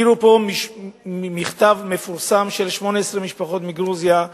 הזכירו פה מכתב מפורסם של 18 משפחות מגרוזיה,